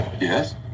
Yes